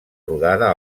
rodada